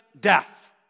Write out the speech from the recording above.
death